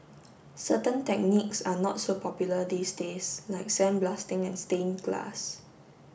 certain techniques are not so popular these days like sandblasting and stained glass